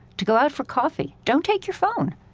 to go out for coffee. don't take your phone.